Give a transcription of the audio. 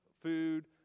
food